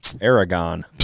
Aragon